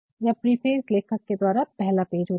यह प्रीफेस लेखक के द्वारा पहला पेज होता है